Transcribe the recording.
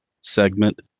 segment